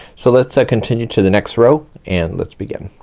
so let's ah continue to the next row, and let's begin.